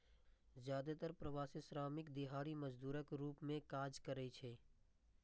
जादेतर प्रवासी श्रमिक दिहाड़ी मजदूरक रूप मे काज करै छै